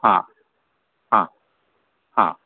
हां हां हां